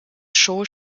show